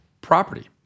property